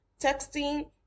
texting